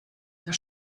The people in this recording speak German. der